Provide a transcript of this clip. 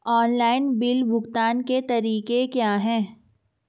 Online bill भुगतान के तरीके क्या हैं?